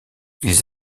ils